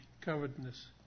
covetousness